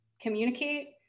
communicate